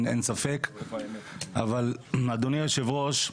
אבל, אדוני היושב-ראש,